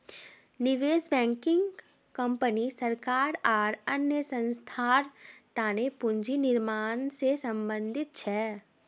निवेश banking company सरकार आर अन्य संस्थार तने पूंजी निर्माण से संबंधित छे